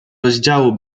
rozdziału